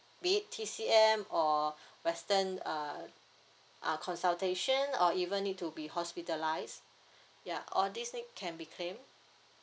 be it T_C_M or western uh uh consultation or even need to be hospitalised ya all this thing can be claimed